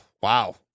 wow